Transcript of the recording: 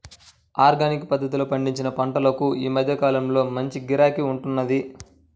organic పద్ధతిలో పండించిన పంటలకు ఈ మధ్య కాలంలో మంచి గిరాకీ ఉంటున్నది